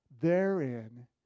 therein